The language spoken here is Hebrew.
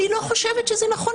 אני לא חושבת שזה נכון.